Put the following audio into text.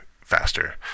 faster